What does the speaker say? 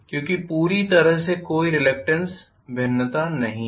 क्योंकि पूरी तरह से कोई रिलक्टेन्स भिन्नता नहीं है